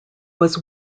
was